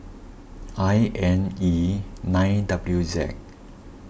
I N E nine W Z